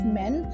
men